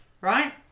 right